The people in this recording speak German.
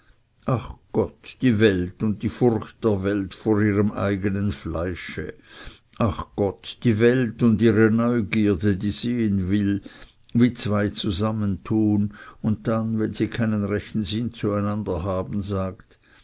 ach gott die welt und die furcht der welt vor ihrem eigenen fleische ach gott die welt und ihre neugierde die sehen will wie zwei zusammen tun und dann wenn sie keinen rechten sinn zu einander haben sagt